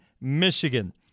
Michigan